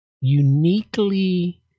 uniquely